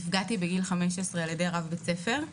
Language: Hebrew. נפגעתי בגיל 15 על-ידי רב בית ספר.